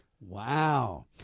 Wow